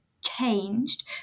changed